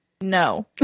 No